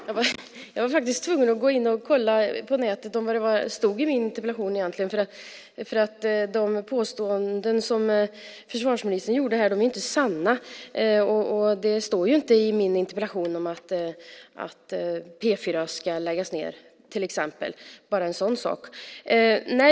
Fru talman! Jag var faktiskt tvungen att gå in på nätet för att kolla vad som egentligen står i min interpellation, därför att de påståenden som försvarsministern gjorde här är inte sanna. Det står ju till exempel inget i min interpellation om att P 4 ska läggas ned - bara en sådan sak.